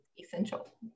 essential